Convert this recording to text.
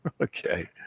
Okay